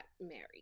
married